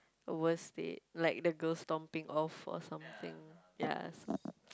worst date like the girl stomping off or something yes